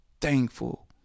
thankful